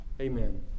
Amen